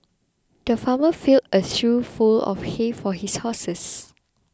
the farmer filled a shoe full of hay for his horses